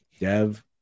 dev